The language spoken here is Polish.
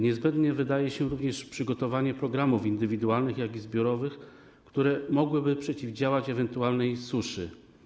Niezbędne wydaje się również przygotowanie programów indywidualnych, jak i zbiorowych, które mogłyby przeciwdziałać ewentualnej suszy.